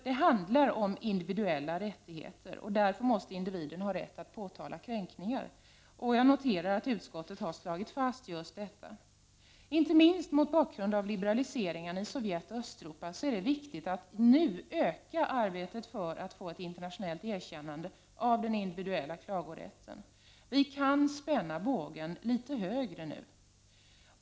Det handlar om individuella rättigheter, och därför måste individen ha rätt att påtala kränkningar. Jag noterar att utskottet har slagit fast just detta. Inte minst mot bakgrund av liberaliseringarna i Sovjet och Östeuropa är det viktigt att nu öka arbetsinsatserna för att få ett internationellt erkännande av den individuella klagorätten. Vi kan spänna bågen litet hårdare nu.